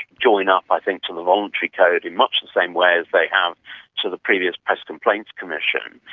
join up, i think, to the voluntary code in much the same way as they have to the previous press complaints commission.